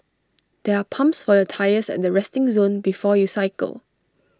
there are pumps for your tyres at the resting zone before you cycle